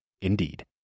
Indeed